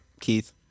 Keith